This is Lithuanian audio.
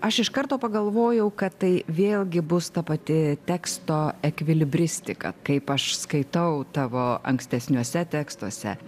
aš iš karto pagalvojau kad tai vėlgi bus ta pati teksto ekvilibristika kaip aš skaitau tavo ankstesniuose tekstuose